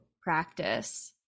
practice